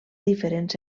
diferents